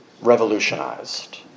revolutionized